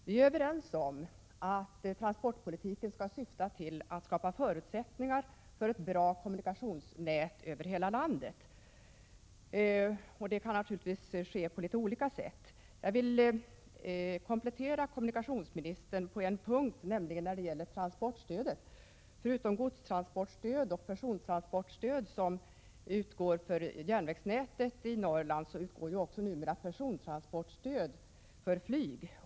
Vi är överens om att transportpolitiken skall syfta till att skapa förutsättningar för ett bra kommunikationsnät över hela landet. Detta kan naturligtvis ske på litet olika sätt. Jag vill komplettera kommunikationsministern på en punkt, nämligen när det gäller transportstödet. Förutom godstransportstöd och persontransportstöd, som utgår till järnvägsnätet i Norrland, utgår det numera också persontransportstöd för flyg.